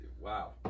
wow